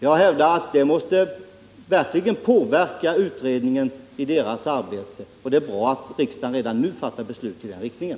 Jag hävdar att det verkligen måste påverka utredningen i dess arbete, och det är bra att riksdagen redan nu fattar beslut i den riktningen.